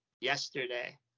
yesterday